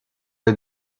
les